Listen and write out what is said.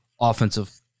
offensive